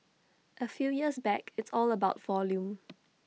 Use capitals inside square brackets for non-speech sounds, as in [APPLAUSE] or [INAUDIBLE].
A few years back it's all about volume [NOISE]